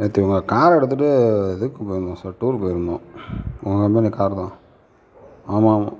நேற்று உங்கள் கார் எடுத்துட்டு இதுக்கு போயிருந்தோம் சார் டூர் போயிருந்தோம் உங்க கம்பெனி கார் தான் ஆமாம் ஆமாம்